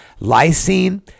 lysine